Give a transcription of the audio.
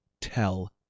tell